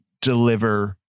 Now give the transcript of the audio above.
deliver